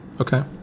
okay